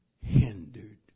hindered